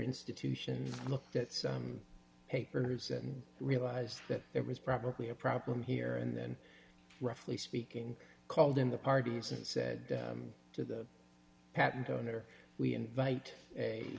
institution looked at some papers and realized that there was probably a problem here and then roughly speaking called in the parties and said to the patent go in there we invite a